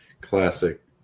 classic